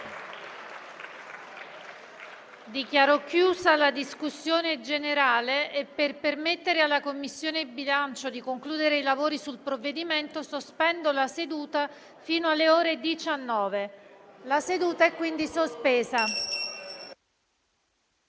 Dichiaro chiusa la discussione generale. Al fine di consentire alla Commissione bilancio di concludere i lavori sul provvedimento, sospendo la seduta fino alle ore 19. *(La seduta, sospesa